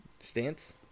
Stance